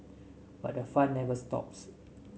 but the fun never stops